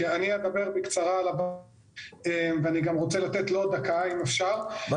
ואני אשמח לתת לו דקה אם אפשר,